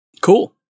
Cool